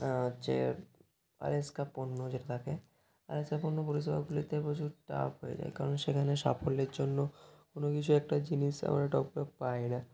আর যে আলেক্সা পণ্য যেটা থাকে আলেক্সা পণ্য পরিষেবাগুলিতে প্রচুর টাফ হয়ে যায় কারণ সেখানে সাফল্যের জন্য কোনো কিছু একটা জিনিস আমরা টপ করে পাই না